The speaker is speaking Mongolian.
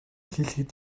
хэлэхэд